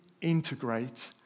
integrate